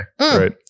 right